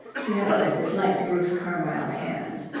she had always disliked bruce carmyle's hands.